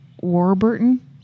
Warburton